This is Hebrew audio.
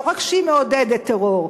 לא רק שהיא מעודדת טרור,